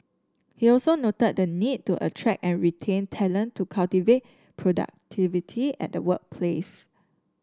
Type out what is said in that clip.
he also noted the need to attract and retain talent to cultivate productivity at the workplace